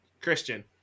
Christian